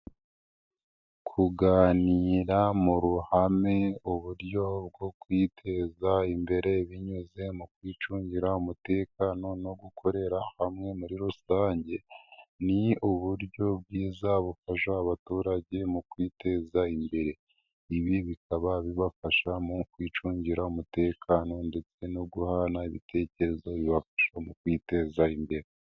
Kuganira mu ruhame, uburyo bwo kwiyiteza imbere binyuze mu kwicungira umutekano no gukorera hamwe muri rusange ni uburyo bwiza bufasha abaturage mu kwiteza imbere. Ibi bikaba bibafasha mu kwicungira umutekano ndetse no guhana ibitekerezo bibafasha mu kwiteza imbere.